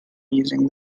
using